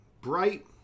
Bright